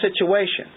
situation